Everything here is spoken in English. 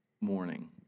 morning